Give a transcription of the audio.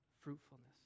fruitfulness